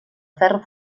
ferro